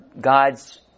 God's